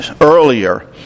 earlier